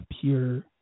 pure